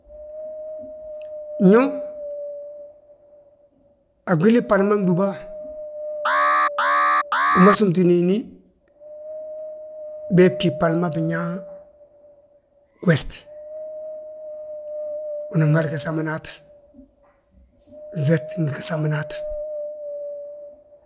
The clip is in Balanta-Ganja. Ñoom a gwili bhali ma gdúba, wi ma súmtitini, bee bgí bhali ma binyaa, west. Unan hali gisamnat, fest ngi gisamnat.